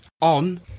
On